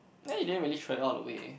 ya you didn't really try all the way